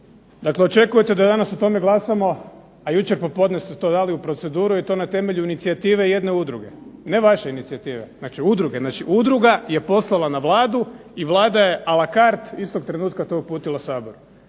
Dakle, očekujete da danas o tome glasamo, a jučer popodne ste to dali u o proceduru i to na temelju inicijative jedne udruge. Ne vaše inicijative, znači udruge, znači udruga je poslala na Vladu i Vlada je a la cart istog trenutka to uputila Saboru.